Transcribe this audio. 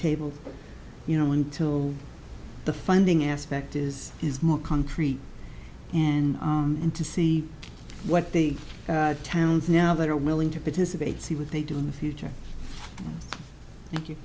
tabled you know until the funding aspect is is more concrete and and to see what the towns now that are willing to participate see what they do in the future